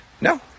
No